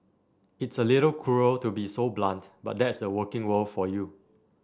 it's a little cruel to be so blunt but that's the working world for you